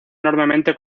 enormemente